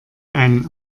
einen